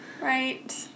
Right